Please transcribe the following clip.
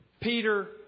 Peter